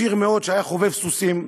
עשיר מאוד שהיה חובב סוסים.